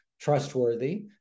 trustworthy